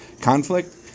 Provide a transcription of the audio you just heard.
conflict